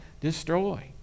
destroy